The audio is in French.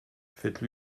faites